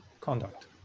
conduct